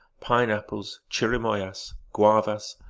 pine-apples, chirimoyas, guavas,